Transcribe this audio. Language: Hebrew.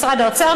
משרד האוצר,